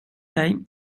dig